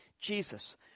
Jesus